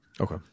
Okay